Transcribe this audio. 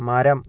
മരം